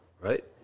right